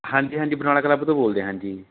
ਹਾਂਜੀ ਹਾਂਜੀ ਬਰਨਾਲਾ ਕਲੱਬ ਤੋਂ ਬੋਲਦੇ ਹਾਂਜੀ